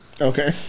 Okay